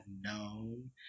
known